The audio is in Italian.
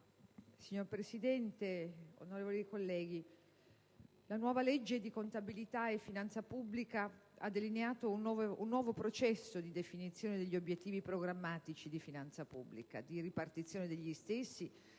Signor Presidente, onorevoli colleghi, la nuova legge di contabilità e finanza pubblica ha delineato un nuovo processo di definizione degli obiettivi programmatici di finanza pubblica, della ripartizione degli stessi